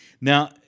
Now